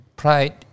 pride